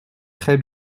très